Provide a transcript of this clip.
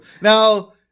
Now